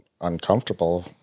uncomfortable